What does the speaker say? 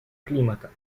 климата